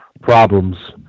problems